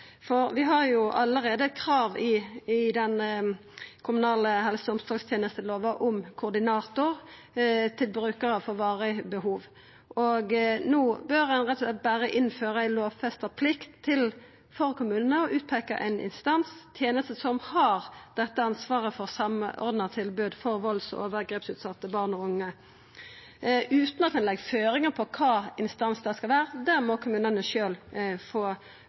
Vi har allereie krav i den kommunale helse- og omsorgstenestelova om koordinator til brukarar med varige behov. Og no bør ein rett og slett berre innføra ei lovfesta plikt for kommunane til å peika ut ein instans, ei teneste, som har ansvaret for å samordna tilbod for valds- og overgrepsutsette barn og unge, utan at ein legg føringar for kva slags instans det skal vera. Det må kommunane sjølv få